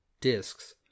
discs